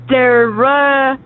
Sarah